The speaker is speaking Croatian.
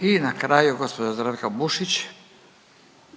**Radin, Furio